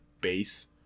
base